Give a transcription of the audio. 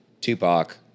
Tupac